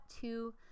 two